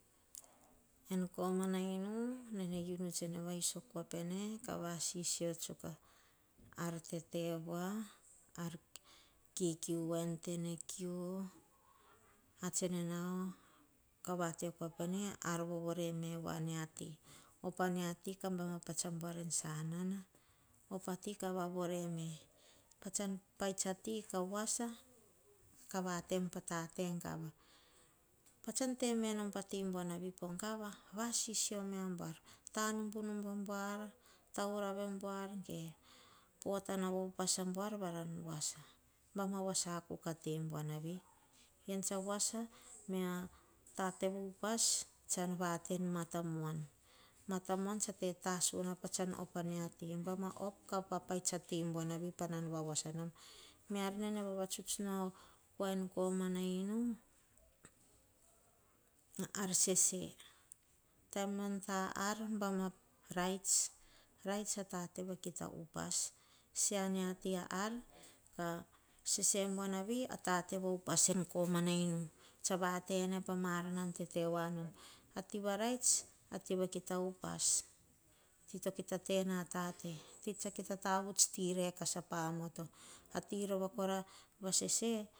En komana inu, nene vaiso kua pene ka vasisio tuks ah ar tete woa ar kiukiu woa e tene kiu. Ar tsene nau ka vate woa ar vovore woa mea mia ti. Opa niati kavoasa kavate em patate gava. Pa tsan teme nom ati tu bua poh gava. Vasisio me abuarterave abuar pota upa buar. Eaan tsa woasa me atate upa en mata muani mata muan tsa pete tasu ena pa tsan woasan amia te bain ah paits ati panan vovoa sanom. Me ar nene woa wats nuen inu ar sese. Op ar kah baim araits. Raits akita tate vaupas. Se ha mia ti ar. Asese buavi. Atate va upaas tsa vate ene pa ma ar nan nan tete woa nom ati va raits, ati to kita tena a tate. Ati tsa kita tavuts a ti rekasa amoto. Ati rova kora vasese